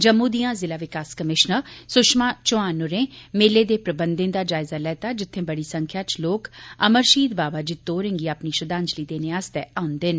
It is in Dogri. जम्मू दिया जिला विकास कमिशनर सुषमा चौहान होरें मेले दे प्रबंधे दा जायजा लैता जित्थे बड़ी संख्या च लोग अमर शहीद बाबा जित्तो होरे गी अपनी श्रद्वांजलि देने आस्तै औंदे न